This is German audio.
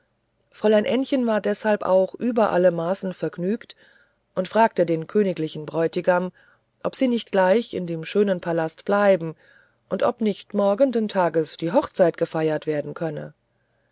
fräulein ännchen war deshalb auch über alle maßen vergnügt und fragte den königlichen bräutigam ob sie nicht gleich in dem schönen palast bleiben und ob nicht morgenden tages die hochzeit gefeiert werden könne